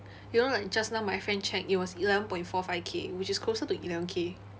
you know like just now my friend check it was eleven point four five K which is closer to eleven K